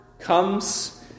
comes